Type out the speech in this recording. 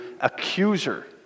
accuser